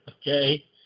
okay